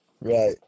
Right